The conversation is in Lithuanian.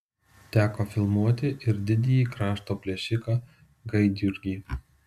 teko filmuoti ir didįjį krašto plėšiką gaidjurgį